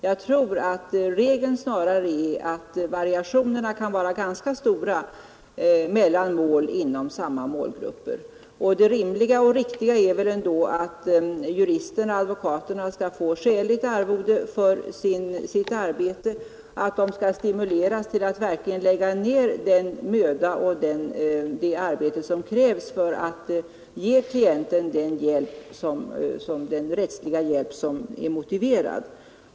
Jag tror att regeln snarare är att variationerna kan vara ganska stora mellan mål inom samma målgrupp. Det rimliga och riktiga är väl att juristerna och advokaterna skall få skäligt arvode för sitt arbete, att de skall stimuleras att verkligen lägga ned den möda och det arbete som krävs för att ge klienten den rättsliga hjälp som är motiverad.